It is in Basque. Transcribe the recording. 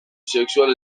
sexual